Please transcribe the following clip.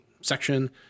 section